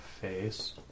face